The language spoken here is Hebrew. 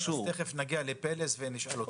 אז תיכף נגיע ליחידת פלס ונשאל אותם.